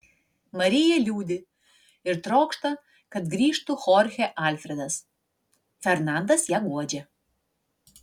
marija liūdi ir trokšta kad grįžtų chorchė alfredas fernandas ją guodžia